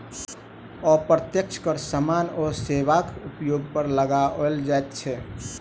अप्रत्यक्ष कर सामान आ सेवाक उपयोग पर लगाओल जाइत छै